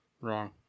Wrong